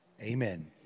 Amen